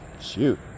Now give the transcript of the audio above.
shoot